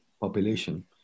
population